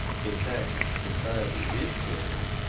in fact, it finally did kill him.